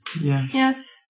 Yes